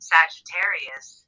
Sagittarius